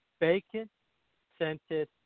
bacon-scented